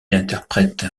interprète